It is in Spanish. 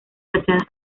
fachadas